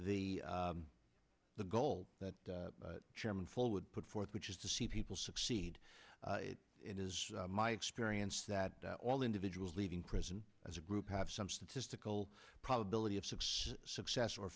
the the goal that chairman full would put forth which is to see people succeed it is my experience that all individuals leaving prison as a group have some statistical probability of success success or